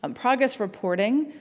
um progress reporting,